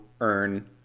earn